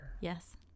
Yes